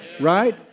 Right